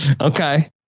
Okay